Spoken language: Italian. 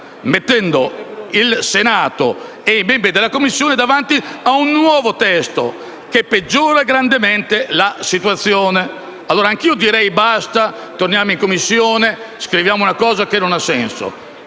mettendo il Senato e i membri della Commissione davanti a un nuovo testo che peggiora grandemente la situazione. Pertanto, anche io direi basta, torniamo in Commissione, perché stiamo scrivendo una norma che non ha senso;